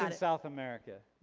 ah south america.